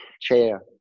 Chair